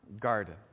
garden